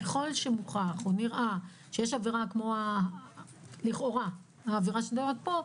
ככל שמוכח או נראה שיש עבירה כמו לכאורה העבירה שמתוארת פה,